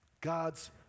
God's